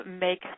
make